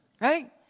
Right